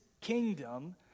kingdom